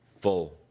full